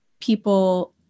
people